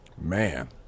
Man